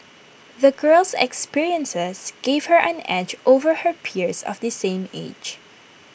the girl's experiences gave her an edge over her peers of the same age